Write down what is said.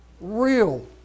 real